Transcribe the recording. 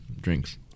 drinks